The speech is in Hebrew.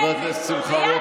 תגנה שתקפו רב.